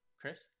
Chris